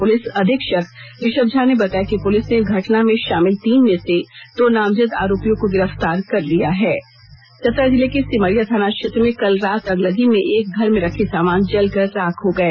police अधीक्षक ऋषभ झा ने बताया कि पुलिस ने घटना में शामिल तीन में से दो नामजद आरोपियों को गिरफ्तार कर लिया है चतरा जिले के सिमरिया थाना क्षेत्र में कल रात अगलगी में एक घर में रखे सामान जलकर राख हो गए